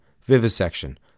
vivisection